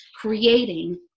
creating